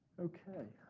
okay,